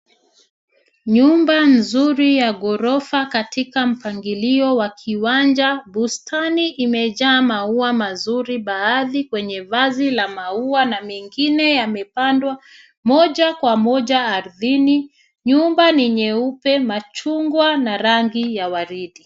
Nyumba nzuri ya ghorofa katika mpangilio wa kiwanja. Bustani imejaa maua mazuri baadhi kwenye vazi la maua na mengine yamepandwa moja kwa moja ardhini. Nyumba ni nyeupe, machungwa na rangi ya waridi.